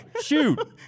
shoot